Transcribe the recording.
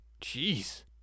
Jeez